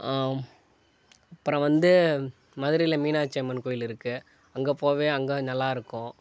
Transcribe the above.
அப்புறம் வந்து மதுரையில மீனாட்சி அம்மன் கோயில் இருக்குது அங்கே போகவே அங்கே நல்லாயிருக்கும்